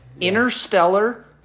interstellar